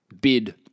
bid